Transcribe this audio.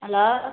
hello